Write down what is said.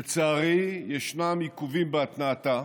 לצערי ישנם עיכובים בהתנעתה,